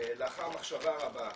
לאחר מחשבה רבה,